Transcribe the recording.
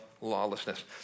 lawlessness